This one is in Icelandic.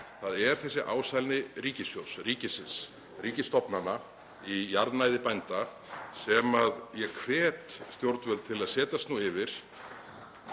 Það er þessi ásælni ríkissjóðs, ríkisins, ríkisstofnana í jarðnæði bænda sem ég hvet stjórnvöld til að setjast nú yfir.